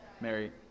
Mary